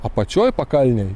apačioj pakalnėj